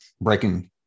breaking